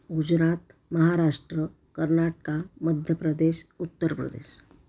Gujarat Maharashtra Karnataka Madhya Pradesh Uttar Pradesh